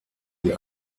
die